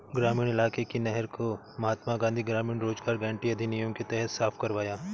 ग्रामीण इलाके की नहर को महात्मा गांधी ग्रामीण रोजगार गारंटी अधिनियम के तहत साफ करवाया